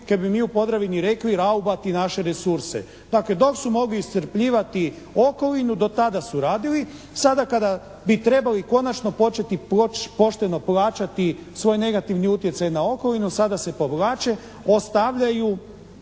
kaj bi mi u Podravini rekli, raubati naše resurse. Dakle dok su mogli iscrpljivati okolinu, do tada su radili. Sada kada bi trebali konačno početi pošteno plaćati svoj negativni utjecaj na okolinu, sada se povlače, ostavljaju